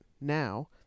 now